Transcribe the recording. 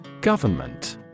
Government